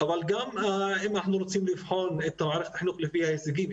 אבל גם אם אנחנו רוצים לבחון את מערכת החינוך לפי ההישגים,